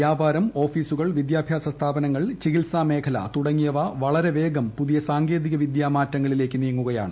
വ്യാപാരം ഓഫീസുകൾ വിദ്യാഭ്യാസ സ്ഥാപനങ്ങൾ ചികിത്സാ മേഖല തുടങ്ങിയവ വളരെവേഗം പുതിയ സാങ്കേതിക വിദ്യാ മാറ്റങ്ങളിലേക്ക് നീങ്ങുകയാണ്